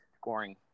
scoring